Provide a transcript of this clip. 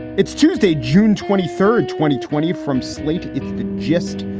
it's tuesday, june twenty third, twenty twenty from slate. it's the gist.